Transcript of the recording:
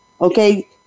Okay